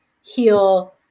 heal